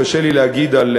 קשה לי להגיד על,